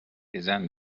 بزن